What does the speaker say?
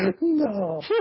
No